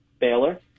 Baylor